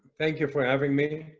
thank you for having me